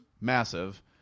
massive